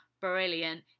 brilliant